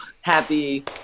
happy